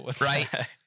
right